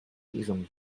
ihrem